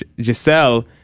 Giselle